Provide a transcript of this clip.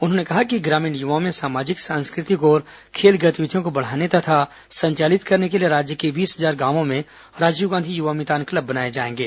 उन्होंने कहा कि ग्रामीण यवाओं में सामाजिक सांस्कृतिक और खेल गतिविधियों को बढ़ाने तथा संचालित करने के लिए राज्य के बीस हजार गांवों में राजीव गांधी युवा मितान क्लब बनाए जाएंगे